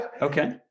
Okay